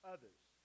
others